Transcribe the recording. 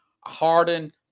Harden